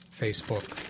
Facebook